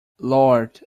lord